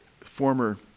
former